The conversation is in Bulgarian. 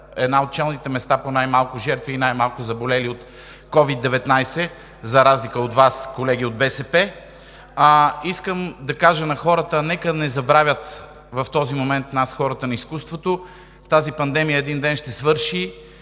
едно от челните места по най-малко жертви и най-малко заболели от COVID-19, за разлика от Вас, колеги от БСП. Искам да кажа на хората – нека не забравят в този момент нас, хората на изкуството. Тази пандемия един ден ще свърши